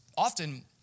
often